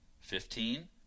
Fifteen